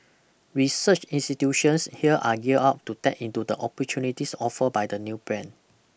research institutions here are gear up to tap into the opportunities offer by the new plan